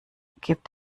gibt